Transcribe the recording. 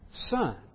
Son